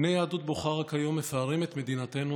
בני יהדות בוכרה כיום מפארים את מדינתנו